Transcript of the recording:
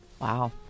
Wow